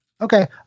okay